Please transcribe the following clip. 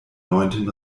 neunten